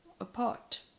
apart